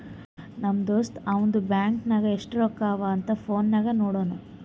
ನಮ್ ದೋಸ್ತ ಅವಂದು ಬ್ಯಾಂಕ್ ನಾಗ್ ಎಸ್ಟ್ ರೊಕ್ಕಾ ಅವಾ ಅಂತ್ ಫೋನ್ ನಾಗೆ ನೋಡುನ್